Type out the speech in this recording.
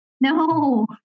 No